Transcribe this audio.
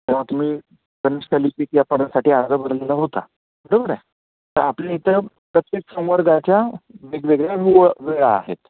तेव्हा तुम्ही यासाठी आर्ज बरलेला होता बरोबर आहे तर आपल्या इथं प्रत्येक वेगवेगळ्या वूळ वेळा आहेत